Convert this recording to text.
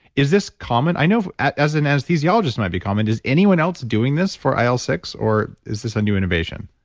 is this common? i know, as an anesthesiologist might be common, is anyone else doing this for il six? or, is this a new innovation?